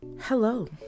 Hello